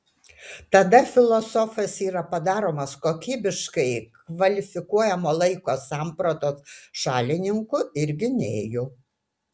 tada filosofas yra padaromas kokybiškai kvalifikuojamo laiko sampratos šalininku ir gynėju